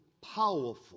powerful